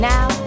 Now